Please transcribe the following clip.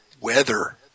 weather